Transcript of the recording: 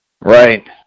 Right